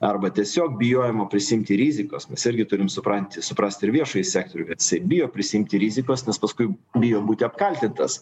arba tiesiog bijojimo prisiimti rizikas mes irgi turim supranti suprast ir viešąjį sektorių kad jisai bijo prisiimti rizikos nes paskui bijo būti apkaltintas